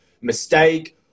mistake